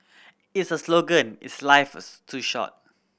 its a slogan is Life is too short